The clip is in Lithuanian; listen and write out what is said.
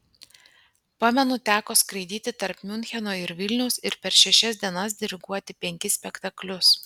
pamenu teko skraidyti tarp miuncheno ir vilniaus ir per šešias dienas diriguoti penkis spektaklius